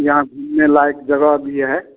यहाँ घूमने लायक जगह भी है